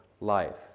life